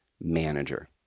manager